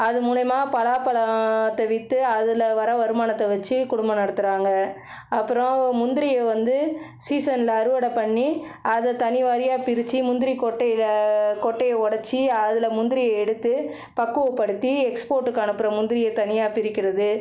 அது மூலயமா பலா பழத்தை விற்று அதில் வர வருமானத்தை வச்சி குடும்பம் நடத்துகிறாங்க அப்புறம் முந்திரியை வந்து சீசன்ல அறுவடை பண்ணி அதை தனி வாரியாக பிரிச்சு முந்திரிக் கொட்டையில் கொட்டையை உடச்சி அதில் முந்திரியை எடுத்து பக்குவப்படுத்தி எக்ஸ்போர்ட்டுக்கு அனுப்புகிற முந்திரியை தனியாக பிரிக்கிறது